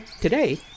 today